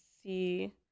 see